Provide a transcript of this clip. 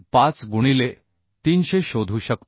25 गुणिले 300 शोधू शकतो